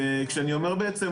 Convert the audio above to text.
כשאני אומר בעצם